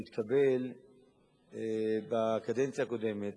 שהתקבל בקדנציה הקודמת,